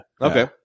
Okay